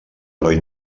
heroi